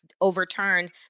overturned